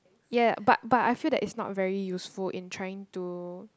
ya ya but but I feel that it's not very useful in trying to